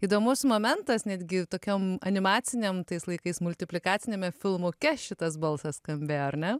įdomus momentas netgi tokiom animacinėm tais laikais multiplikaciniame filmuke šitas balsas skambėjo ar ne